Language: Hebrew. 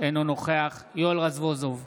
אינו נוכח יואל רזבוזוב,